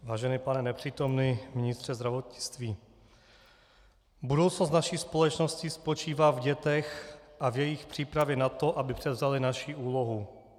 Vážený pane nepřítomný ministře zdravotnictví, budoucnost naší společnosti spočívá v dětech a v jejich přípravě na to, aby převzaly naši úlohu.